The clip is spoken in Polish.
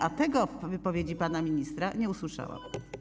A tego w wypowiedzi pana ministra nie usłyszałam.